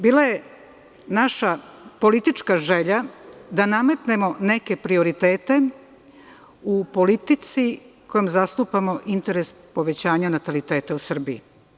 Bila je naša politička želja da nametnemo neke prioritete u politici kojom zastupamo interes povećanja nataliteta u Srbiji.